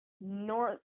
North